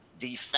Defense